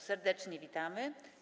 Serdecznie witamy.